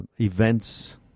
events